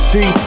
See